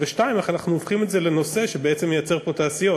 2. איך אנחנו הופכים את זה לנושא שבעצם מייצר פה תעשיות.